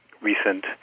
recent